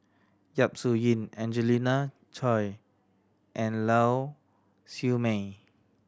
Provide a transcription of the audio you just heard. Yap Su Yin Angelina Choy and Lau Siew Mei